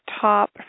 top